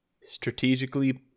strategically